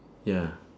ya